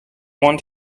want